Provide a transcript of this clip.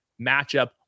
matchup